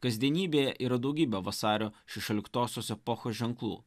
kasdienybėje yra daugybė vasario šešioliktosios epochos ženklų